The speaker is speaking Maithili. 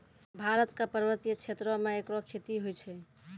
भारत क पर्वतीय क्षेत्रो म एकरो खेती होय छै